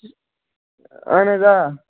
اَہن حظ آ